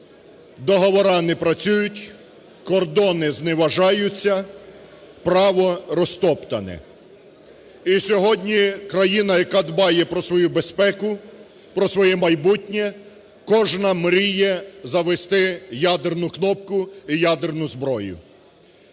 договори не працюють, кордони зневажаються, право розтоптане. І сьогодні країна, яка дбає про свою безпеку, про своє майбутнє, кожна мріє завести ядерну кнопку і ядерну зброю.